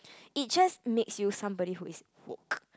it just makes you somebody who is woke